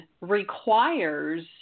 requires